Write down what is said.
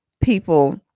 people